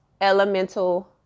elemental